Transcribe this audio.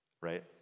Right